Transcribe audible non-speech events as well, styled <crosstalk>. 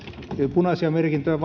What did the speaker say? punaisia merkintöjä <unintelligible>